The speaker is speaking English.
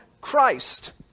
Christ